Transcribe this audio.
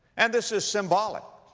and this is symbolic.